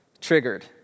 triggered